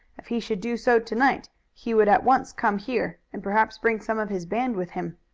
if he should do so to-night he would at once come here and perhaps bring some of his band with him.